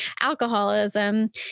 alcoholism